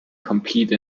compete